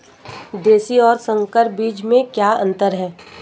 देशी और संकर बीज में क्या अंतर है?